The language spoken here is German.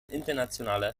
internationaler